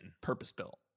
purpose-built